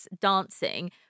dancing